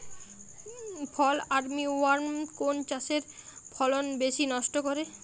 ফল army worm কোন চাষের ফসল বেশি নষ্ট করে?